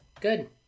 good